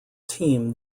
team